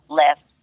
left